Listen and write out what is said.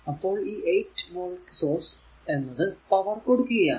അപ്പോൾ ഈ 8 volt source എന്നത് പവർ കൊടുക്കുകയാണ്